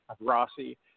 Rossi